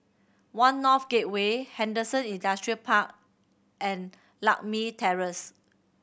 One North Gateway Henderson Industrial Park and Lakme Terrace